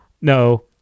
No